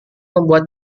membuat